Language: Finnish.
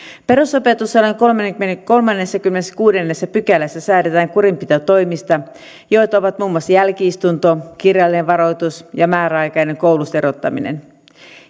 perusopetuslain kolmannessakymmenennessäkuudennessa pykälässä säädetään kurinpitotoimista joita ovat muun muassa jälki istunto kirjallinen varoitus ja määräaikainen koulusta erottaminen